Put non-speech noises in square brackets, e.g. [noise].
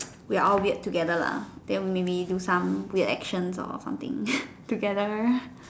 we're all weird together lah then when we maybe do some weird actions or something [breath] together